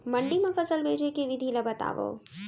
मंडी मा फसल बेचे के विधि ला बतावव?